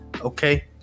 okay